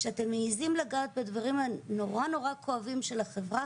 שאתם מעיזים לגעת בדברים הנורא נורא כואבים של החברה,